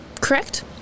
correct